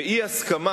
ואי-הסכמה,